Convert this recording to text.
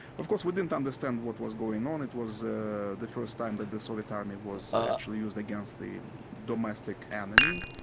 of course we didn't understand what was going on. it was ah the first time that the soviet army was actually used against the domestic enemy,